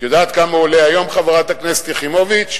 את יודעת כמה הוא עולה היום, חברת הכנסת יחימוביץ?